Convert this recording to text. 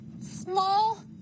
small